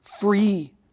free